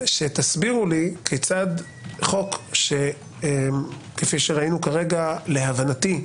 שתסבירו לי כיצד חוק, כפי שראינו כרגע, להבנתי,